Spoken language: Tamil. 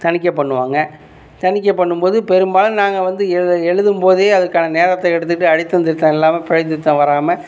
தணிக்கை பண்ணுவாங்க தணிக்கை பண்ணும்போது பெரும்பாலும் நாங்கள் வந்து எழு எழுதும்போதே அதுக்கான நேரத்தை எடுத்துக்கிட்டு அடித்தம் திருத்தம் இல்லாமல் பிழைத்திருத்தம் வராமல்